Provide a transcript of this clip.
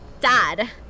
Dad